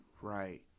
Right